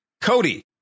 Cody